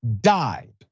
died